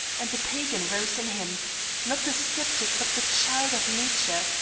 and the pagan rose in him not the sceptic but the child of nature,